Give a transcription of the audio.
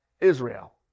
Israel